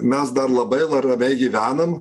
mes dar labai lramiai gyvenam